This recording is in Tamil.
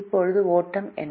இப்போது ஓட்டம் என்ன